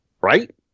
right